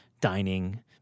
dining